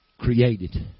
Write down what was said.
created